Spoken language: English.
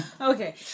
Okay